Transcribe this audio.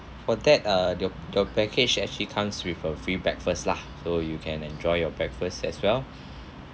for that uh your your package actually comes with a free breakfast lah so you can enjoy your breakfast as well